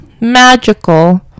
magical